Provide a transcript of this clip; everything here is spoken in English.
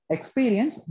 Experience